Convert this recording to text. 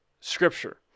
scripture